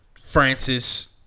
Francis